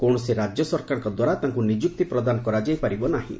କୌଣସି ରାଜ୍ୟ ସରକାରଙ୍କ ଦ୍ୱାରା ତାଙ୍କୁ ନିଯୁକ୍ତି ପ୍ରଦାନ କରାଯାଇ ପାରିବ ନାହିଁ